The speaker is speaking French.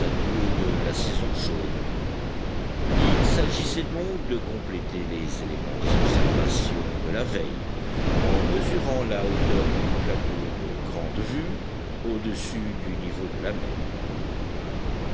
adieux de la saison chaude il s'agissait donc de compléter les éléments des observations de la veille en mesurant la hauteur du plateau de grande vue audessus du niveau de la mer